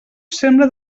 sembra